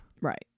Right